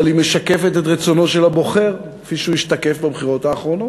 אבל היא משקפת את רצונו של הבוחר כפי שהוא השתקף בבחירות האחרונות,